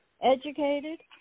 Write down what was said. educated